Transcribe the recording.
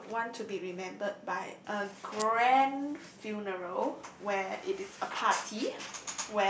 I would want to be remembered by a grand funeral where it is a party